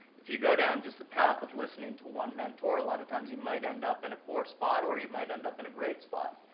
if you go down just the path of listening to one mentor, a lot of times you might end up in a poor spot or you might end up in a great spot.